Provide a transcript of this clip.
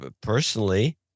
personally